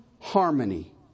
harmony